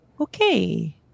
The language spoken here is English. Okay